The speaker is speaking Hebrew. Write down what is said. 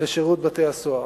לשירות בתי-הסוהר.